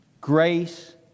grace